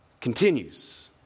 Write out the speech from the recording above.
Continues